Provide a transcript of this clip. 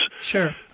Sure